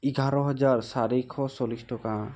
এঘাৰ হাজাৰ চাৰিশ চল্লিছ টকা